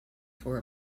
for